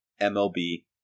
MLB